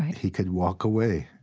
he could walk away.